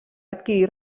adquirir